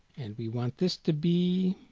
and we want this to be